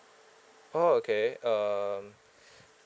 oh okay um